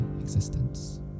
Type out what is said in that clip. existence